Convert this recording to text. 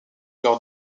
leur